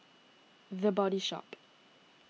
the Body Shop